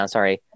Sorry